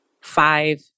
five